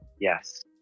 yes